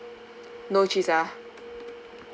no cheese ah